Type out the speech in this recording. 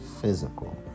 physical